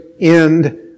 end